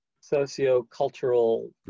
socio-cultural